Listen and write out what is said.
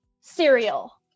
cereal